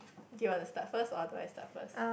do you want to start first or do I start first